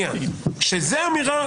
כשזה אמירה,